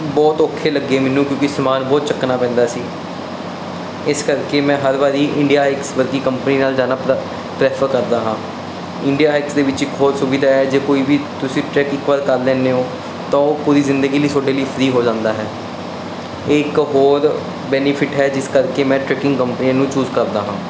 ਬਹੁਤ ਔਖੇ ਲੱਗੇ ਮੈਨੂੰ ਕਿਉਂਕਿ ਸਮਾਨ ਬਹੁਤ ਚੱਕਣਾ ਪੈਂਦਾ ਸੀ ਇਸ ਕਰਕੇ ਮੈਂ ਹਰ ਵਾਰੀ ਇੰਡੀਆ ਹਾਈਕਸ ਵਰਗੀ ਕੰਪਨੀ ਨਾਲ ਜਾਣਾ ਪਰ ਪਰੈਫਰ ਕਰਦਾ ਹਾਂ ਇੰਡੀਆ ਹਾਈਕਸ ਦੇ ਵਿੱਚ ਇੱਕ ਹੋਰ ਸੁਵਿਧਾ ਹੈ ਜੇ ਕੋਈ ਵੀ ਤੁਸੀਂ ਟਰੈਕ ਇੱਕ ਵਾਰ ਕਰ ਲੈਂਦੇ ਹੋ ਤਾਂ ਉਹ ਪੂਰੀ ਜ਼ਿੰਦਗੀ ਲਈ ਤੁਹਾਡੇ ਲਈ ਫਰੀ ਹੋ ਜਾਂਦਾ ਹੈ ਇਹ ਇੱਕ ਹੋਰ ਬੈਨੀਫਿਟ ਹੈ ਜਿਸ ਕਰਕੇ ਮੈਂ ਟਰੈਕਿੰਗ ਕੰਪਨੀਆਂ ਨੂੰ ਚੂਜ ਕਰਦਾ ਹਾਂ